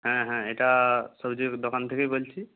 হ্যাঁ হ্যাঁ এটা সবজির দোকান থেকেই বলছি